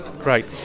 Great